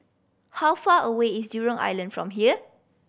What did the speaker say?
how far away is Jurong Island from here